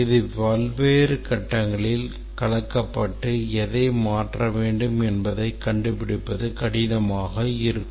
இது பல்வேறு கட்டங்களில் கலக்கப்பட்டு எங்கு மாற்ற வேண்டும் என்பதைக் கண்டுபிடிப்பது கடினமாக இருக்கும்